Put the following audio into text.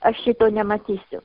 aš šito nematysiu